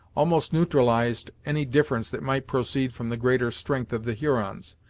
almost neutralized any difference that might proceed from the greater strength of the hurons,